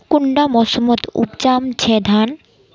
कुंडा मोसमोत उपजाम छै धान?